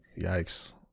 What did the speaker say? yikes